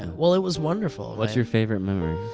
well it was wonderful. what's your favorite memory? of